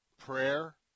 prayer